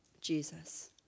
Jesus